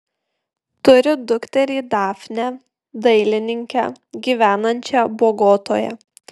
turi dukterį dafnę dailininkę gyvenančią bogotoje